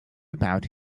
about